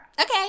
Okay